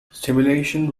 stimulation